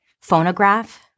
Phonograph